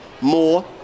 more